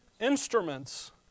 Instruments